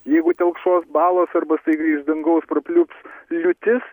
jeigu telkšos balos arba staiga iš dangaus prapliups liūtis